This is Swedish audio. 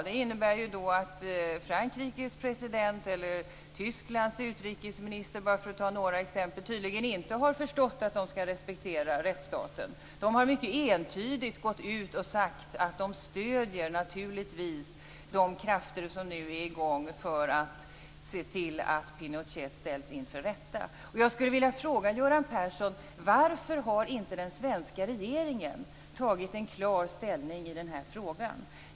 Det innebär ju att Frankrikes president eller Tysklands utrikesminister, för att ta några exempel, tydligen inte har förstått att de skall respektera rättsstaten. De har mycket entydigt gått ut och sagt att de naturligtvis stöder de krafter som nu är i gång för att se till att Pinochet ställs inför rätta. Jag skulle vilja fråga Göran Persson: Varför har inte den svenska regeringen tagit en klar ställning i den här frågan?